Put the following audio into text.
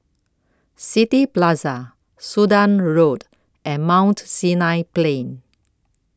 City Plaza Sudan Road and Mount Sinai Plain